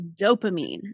dopamine